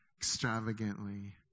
extravagantly